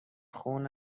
خون